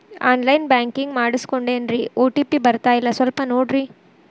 on line banking ಮಾಡಿಸ್ಕೊಂಡೇನ್ರಿ OTP ಬರ್ತಾಯಿಲ್ಲ ಸ್ವಲ್ಪ ನೋಡ್ರಿ